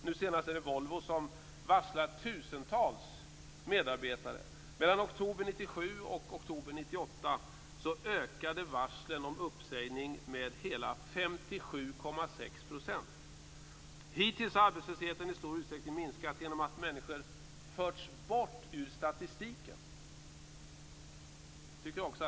Nu senast är det Volvo som varslar tusentals medarbetare. Mellan oktober 1997 och oktober 1998 ökade varslen om uppsägning med hela 57,6 %. Hittills har arbetslösheten i stor utsträckning minskat genom att människor förts bort ut statistiken.